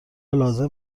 لازم